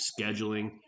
scheduling